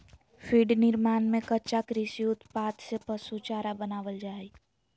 feed निर्माण में कच्चा कृषि उत्पाद से पशु चारा बनावल जा हइ